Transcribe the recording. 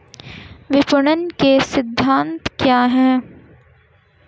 विपणन के सिद्धांत क्या हैं?